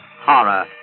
horror